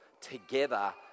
together